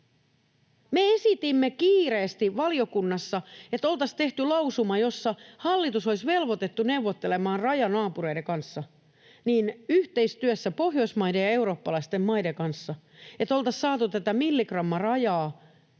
Me esitimme kiireesti valiokunnassa, että oltaisiin tehty lausuma, jossa hallitus olisi velvoitettu neuvottelemaan rajanaapureiden kanssa, yhteistyössä Pohjoismaiden ja eurooppalaisten maiden kanssa, että oltaisiin saatu tätä milligrammarajaa